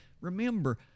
Remember